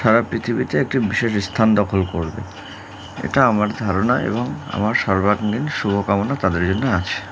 সারা পৃথিবীতে একটি বিশেষ স্থান দখল করবে এটা আমার ধারণা এবং আমার সর্বাঙ্গীণ শুভকামনা তাদের জন্য আছে